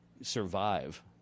survive